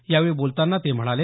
यावेळी बोलतांना ते म्हणाले